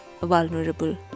vulnerable